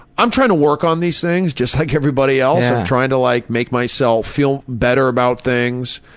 i'm trying to work on these things, just like everybody else. i'm trying to like make myself feel better about things,